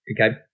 Okay